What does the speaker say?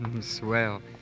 Swell